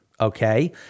okay